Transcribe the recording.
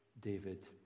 David